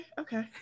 Okay